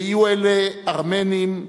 ויהיו אלה ארמנים,